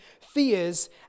fears